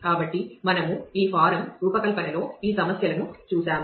కాబట్టి మనము ఈ ఫారం రూపకల్పనలో ఈ సమస్యలను చూసాము